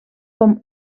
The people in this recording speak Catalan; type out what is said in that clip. com